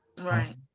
Right